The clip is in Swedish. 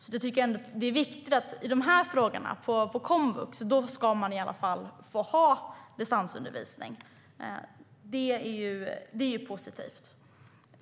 I de här frågorna, på komvux, ska man i alla fall få ha distansundervisning. Det tycker jag är viktigt. Det är ju positivt.